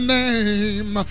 name